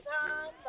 time